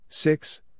Six